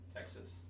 Texas